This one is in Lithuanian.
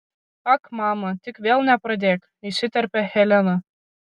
ak mama tik vėl nepradėk įsiterpia helena